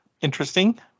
interesting